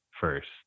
first